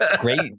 Great